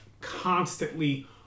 constantly